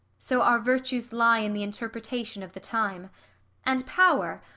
so our virtues lie in the interpretation of the time and power,